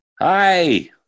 Hi